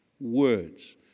words